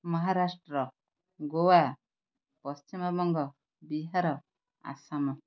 Maharashtra Goa Paschimbanga Bihar Assam